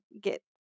get